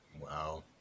Wow